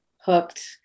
hooked